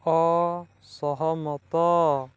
ଅସହମତ